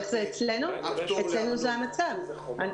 אצלנו זה המצב.